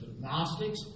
Gnostics